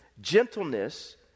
gentleness